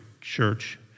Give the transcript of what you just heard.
church